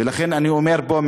ולכן אני אומר פה,